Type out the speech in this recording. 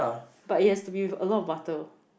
but it has to be with a lot of butter